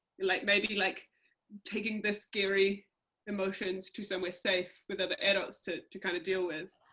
like maybe like taking this scary emotions to somewhere safe with other adults to to kind of deal with,